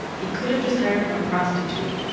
he could have just hired a prostitute.